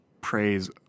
praise